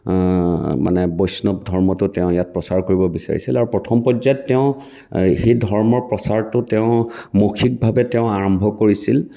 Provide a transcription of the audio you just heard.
মানে বৈষ্ণৱ ধৰ্মটো তেওঁ ইয়াত প্ৰচাৰ কৰিবলৈ বিচাৰিছিল আৰু প্ৰথম পৰ্যায়ত তেওঁ সেই ধৰ্মৰ প্ৰচাৰটো তেওঁ মৌখিকভাৱে তেওঁ আৰম্ভ কৰিছিল